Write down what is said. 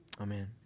amen